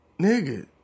nigga